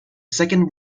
second